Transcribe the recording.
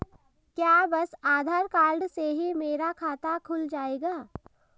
क्या बस आधार कार्ड से ही मेरा खाता खुल जाएगा?